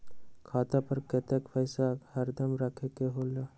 खाता पर कतेक पैसा हरदम रखखे के होला?